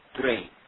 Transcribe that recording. Three